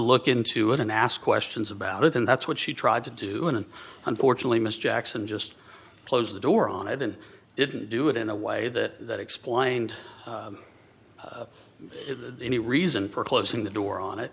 look into it and ask questions about it and that's what she tried to do and unfortunately mr jackson just closed the door on it and didn't do it in a way that explained any reason for closing the door on it